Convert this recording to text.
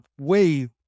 wave